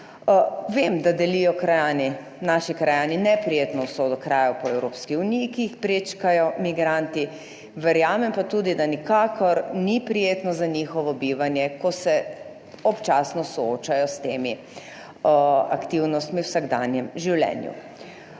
Vem, da delijo krajani, naši krajani neprijetno usodo krajev po Evropski uniji, ki jih prečkajo migranti, verjamem pa tudi, da nikakor ni prijetno za njihovo bivanje, ko se občasno soočajo s temi aktivnostmi v vsakdanjem življenju.